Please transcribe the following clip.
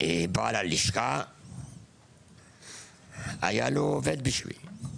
היה לבעל הלשכה עובד בשבילי.